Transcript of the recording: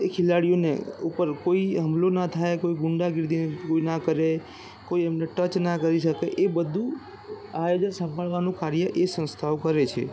એ ખેલાડીઓને ઉપર કોઈ હમલો ન થાય કોઈ ગુંડાગીર્દી કોઈ ન કરે કોઈ એમને ટચ ન કરી શકે એ બધું આયોજન સંભાળવાનું કાર્ય એ સંસ્થાઓ કરે છે